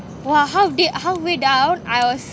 !wah! how did half way down I was